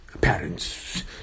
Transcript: parents